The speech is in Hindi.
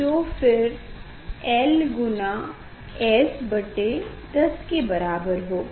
जो फिर l गुना S बटे 10 के बराबर होगा